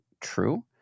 true